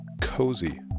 cozy